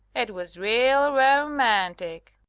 it was real romantic.